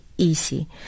easy